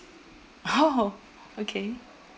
oh okay